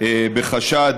בחשד